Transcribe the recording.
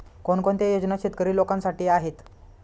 कोणकोणत्या योजना शेतकरी लोकांसाठी आहेत?